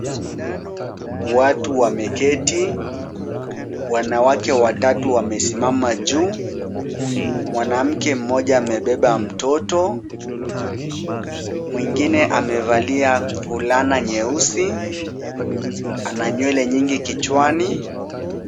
Watu wameketi. Wanawake watatu wamesimama juu. Mwanamke mmoja amebeba mtoto. Mwingine amevalia fulana nyeusi. Ana nywele nyingi kichwani.